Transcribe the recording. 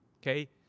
Okay